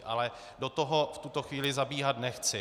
Ale do toho v tuto chvíli zabíhat nechci.